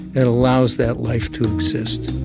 it allows that life to exist